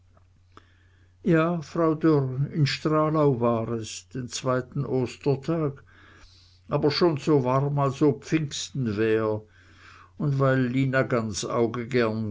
ja frau dörr in stralau war es den zweiten ostertag aber schon so warm als ob pfingsten wär und weil lina gansauge gern